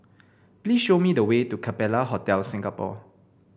please show me the way to Capella Hotel Singapore